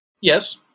Yes